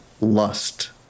lust